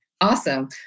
Awesome